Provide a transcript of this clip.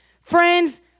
Friends